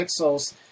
pixels